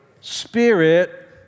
Spirit